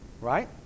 right